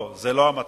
לא, זאת לא המטרה.